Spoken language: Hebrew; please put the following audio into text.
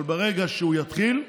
אבל ברגע שהוא יתחיל,